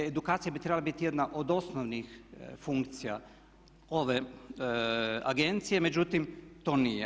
Edukacija bi trebala biti jedna od osnovnih funkcija ove agencije međutim to nije.